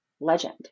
legend